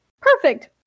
Perfect